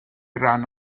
ran